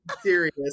serious